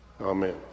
Amen